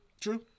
True